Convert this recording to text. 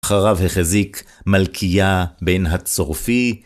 אחריו החזיק מלכיה בן הצרפי